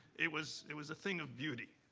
it was it was a thing of beauty.